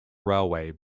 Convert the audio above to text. railway